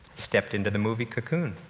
stepped into the movie cocoon.